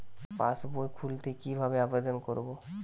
পাসবই খুলতে কি ভাবে আবেদন করব?